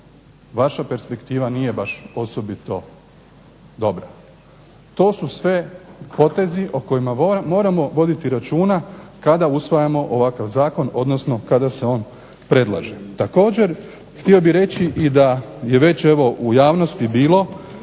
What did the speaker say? vaša perspektiva nije baš osobito dobra. To su sve potezi o kojima moramo voditi računa kada usvajamo ovakav zakon, odnosno kada se on predlaže. Također, htio bih reći i da je već evo u javnosti bilo